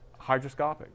hydroscopic